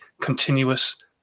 continuous